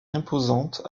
imposante